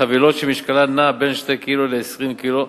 חבילות שמשקלן בין 2 קילו ל-20 קילו,